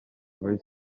voice